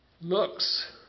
looks